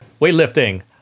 Weightlifting